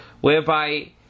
whereby